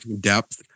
depth